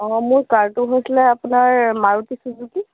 অ মোৰ কাৰটো হৈছিলে আপোনাৰ মাৰুতি চুজুকি